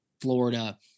Florida